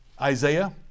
Isaiah